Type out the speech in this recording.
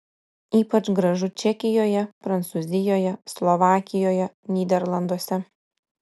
ypač gražu čekijoje prancūzijoje slovakijoje nyderlanduose